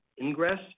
ingress